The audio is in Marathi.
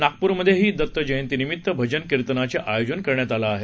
नागपूर्मध्येही दत्त जयंतीनिमित्त भजन किर्तनाचे आयोजन करण्यात आले आहे